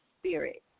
spirit